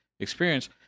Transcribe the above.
experience